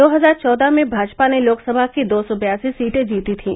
दो हजार चौदह में भाजपा ने लोकसभा की दो सौ बयासी सीटें जीती थीं